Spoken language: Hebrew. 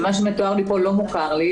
מה שמתואר פה לא מוכר לי.